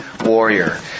warrior